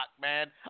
man